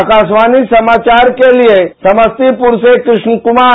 आकाशवाणी समाचार के लिए समस्तीपुर से कृष्ण कुमार